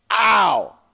Ow